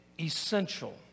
Essential